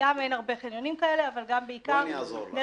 שגם אין הרבה חניונים כאלה וגם שזה לא